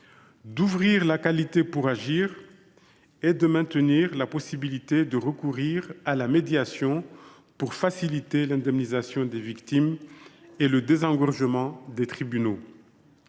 d’ouvrir la qualité pour agir et de maintenir la possibilité de recourir à la médiation pour faciliter l’indemnisation des victimes et favoriser le désengorgement des tribunaux.